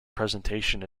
presentation